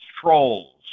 trolls